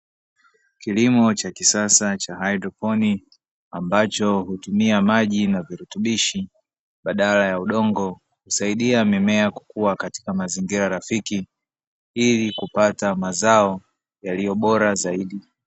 Kilimo cha kisasa cha haidroponi ambacho hutumia maji na virutubishi badala ya udongo, husaidia mimea kukua katika mazingira rafiki ili kupata mazao yaliyo bora zaidi.